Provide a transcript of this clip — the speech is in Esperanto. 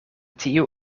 tiu